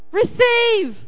receive